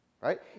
right